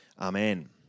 Amen